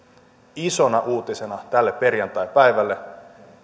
isona uutisena tälle perjantaipäivälle